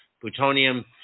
plutonium